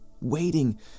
Waiting